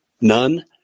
none